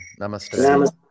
Namaste